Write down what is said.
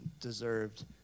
deserved